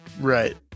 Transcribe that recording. Right